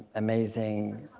amazing.